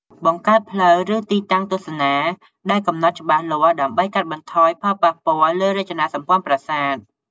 បង្កើតផ្លូវ ឬទីតាំងទស្សនាដែលកំណត់ច្បាស់លាស់ ដើម្បីកាត់បន្ថយផលប៉ះពាល់លើរចនាសម្ព័ន្ធប្រាសាទ។